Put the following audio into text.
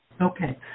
Okay